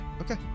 Okay